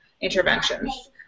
interventions